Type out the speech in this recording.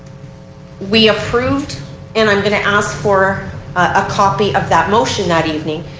we approved and i'm going to ask for a copy of that motion that evening.